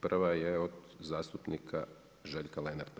Prva je od zastupnika Željka Lenarta.